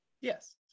Yes